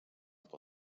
pel